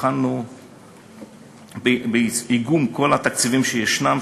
התחלנו באיגום כל התקציבים שישנם,